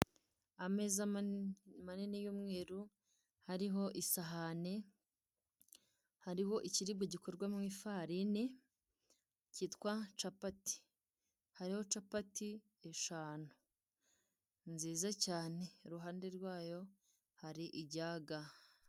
Ameza manini y'umweru hariho isahane, hariho ikiribwa gikorwa mu ifarini cyitwa capati, hariho capati eshanu nziza cyane, i ruhande rwaho hari ijaga.